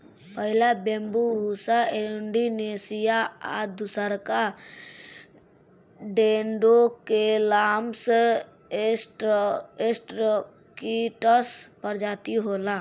पहिला Bambusa arundinacea आ दूसरका डेन्ड्रोकैलामस स्ट्रीक्ट्स प्रजाति होला